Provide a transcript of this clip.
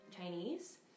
Chinese